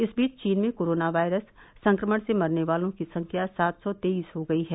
इस बीच चीन में कोरोना वायरस संक्रमण से मरने वालों की संख्या सात सौ तेईस हो गई है